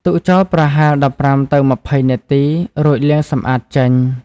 ទុកចោលប្រហែល ១៥ ទៅ ២០ នាទី រួចលាងសម្អាតចេញ។